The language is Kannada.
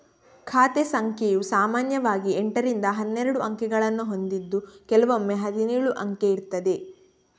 ಖಾತೆ ಸಂಖ್ಯೆಯು ಸಾಮಾನ್ಯವಾಗಿ ಎಂಟರಿಂದ ಹನ್ನೆರಡು ಅಂಕಿಗಳನ್ನ ಹೊಂದಿದ್ದು ಕೆಲವೊಮ್ಮೆ ಹದಿನೇಳು ಅಂಕೆ ಇರ್ತದೆ